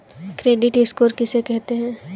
Credit score किसे कहते हैं?